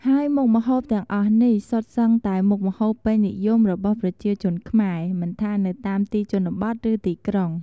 ហើយមុខម្ហូបទាំងអស់នេះសុទ្ធសឹងតែមុខម្ហូបពេញនិយមរបស់ប្រជាជនខ្មែរ មិនថានៅតាមទីជនបទ ឬទីក្រុង។